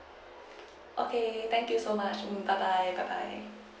okay thank you so much mm bye bye bye bye